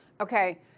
Okay